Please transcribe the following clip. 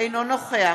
אינו נוכח